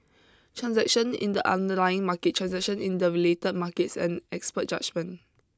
transaction in the underlying market transaction in the related markets and expert judgement